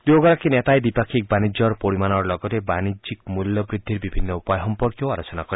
দুয়োগৰাকী নেতাই দ্বিপাক্ষিক বাণিজ্যৰ পৰিমাণৰ লগতে বাণিজ্যিক মূল্য বৃদ্ধিৰ বিভিন্ন উপায় সম্পৰ্কেও আলোচনা কৰে